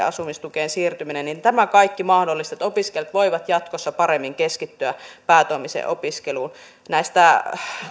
asumistukeen siirtyminen ja tämä kaikki mahdollistaa että opiskelijat voivat jatkossa paremmin keskittyä päätoimiseen opiskeluun